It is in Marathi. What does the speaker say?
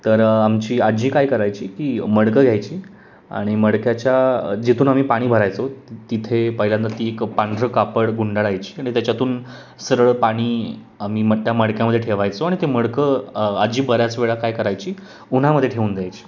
तर आमची आजी काय करायची की मडकं घ्यायची आणि मडक्याच्या जिथून आम्ही पाणी भरायचो तिथे पहिल्यांदा ती एक पांढरं कापड गुंडाळायची आणि त्याच्यातून सरळ पाणी आम्ही मट्ट्या मडक्यामध्ये ठेवायचो आणि ते मडकं आजी बऱ्याच वेळा काय करायची उन्हामध्ये ठेऊन द्यायची